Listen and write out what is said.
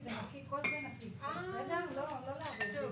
כל מיני דברים בסיסיים בתוך מערכת הכשרות,